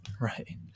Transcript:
Right